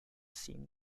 scene